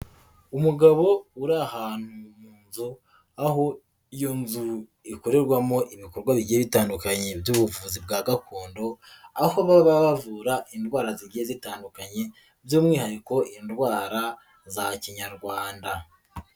Umugabo uri ahantu mu nzu aho iyo nzu ikorerwamo ibikorwa bigiye bitandukanye by'ubuvuzi bwa gakondo, aho baba bavura indwara zigiye zitandukanye by'umwihariko indwara za kinyarwanda.